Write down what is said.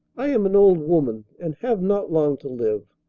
i am an old woman and have not long to live.